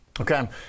okay